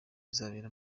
izabera